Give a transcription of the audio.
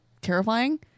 terrifying